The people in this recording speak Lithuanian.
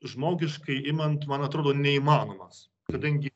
žmogiškai imant man atrodo neįmanomas kadangi